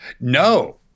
No